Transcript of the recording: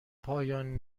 پایان